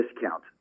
discount